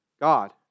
God